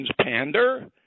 pander